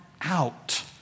out